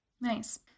Nice